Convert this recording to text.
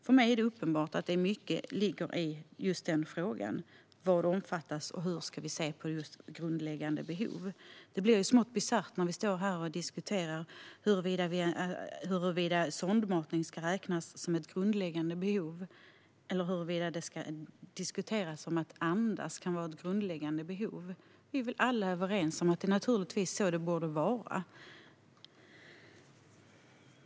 För mig är det uppenbart att mycket ligger i frågan om vad som omfattas och hur vi ska se på grundläggande behov. Det blir smått bisarrt när vi här diskuterar huruvida sondmatning ska räknas som ett grundläggande behov eller att man diskuterar huruvida det är ett grundläggande behov att andas. Vi är väl alla överens om att det naturligtvis är så det borde vara.